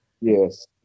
Yes